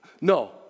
No